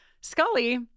Scully